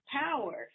power